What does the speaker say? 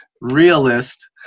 realist